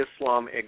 Islam